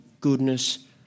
goodness